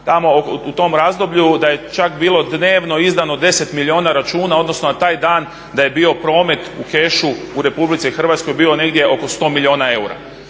u tom razdoblju da je čak bilo dnevno izdano 10 milijuna računa, odnosno na taj dan da je bio promet u kešu u RH negdje oko 100 milijuna eura.